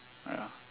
ya